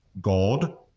God